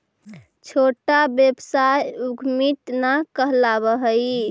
छोटा व्यवसाय उद्यमीट न कहलावऽ हई